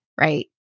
right